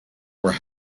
were